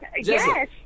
Yes